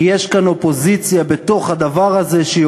כי יש כאן אופוזיציה בתוך הדבר הזה שהיא